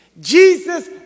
Jesus